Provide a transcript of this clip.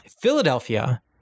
Philadelphia